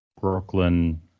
Brooklyn